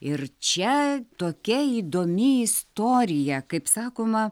ir čia tokia įdomi istorija kaip sakoma